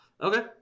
Okay